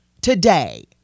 today